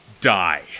die